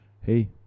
Hey